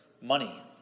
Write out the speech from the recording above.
money